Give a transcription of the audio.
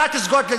אתה תסגוד.